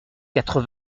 quatre